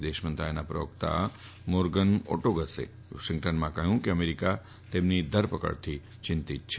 વિદેશ મંત્રાલયના પ્રવક્તા મોર્ગન ઓટોગસે વોશિંગ્ટનમાં જણાવ્યું કે અમેરિકા તેમની ધરપકડથી ચિંતિત છે